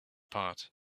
part